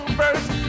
first